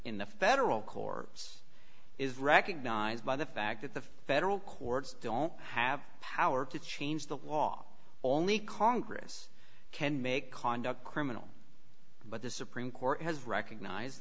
in the federal courts is recognized by the fact that the federal courts don't have power to change the law only congress can make conduct criminal but the supreme court has recognize